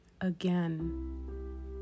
Again